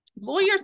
lawyers